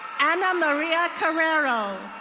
anna maria curarro.